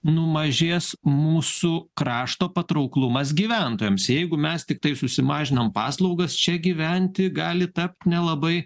numažės mūsų krašto patrauklumas gyventojams jeigu mes tiktai susimažinam paslaugas čia gyventi gali tapt nelabai